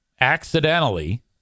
accidentally